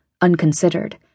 unconsidered